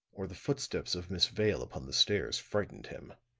or the footsteps of miss vale upon the stairs frightened him.